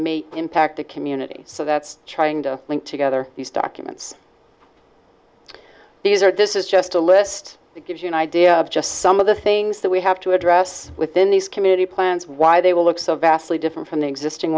may impact the community so that's trying to link together these documents these are this is just a list that gives you an idea of just some of the things that we have to address within these community plans why they will look so vastly different from the existing